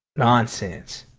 nonsense!